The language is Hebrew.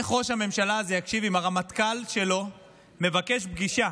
איך ראש הממשלה הזה יקשיב אם הרמטכ"ל שלו מבקש פגישה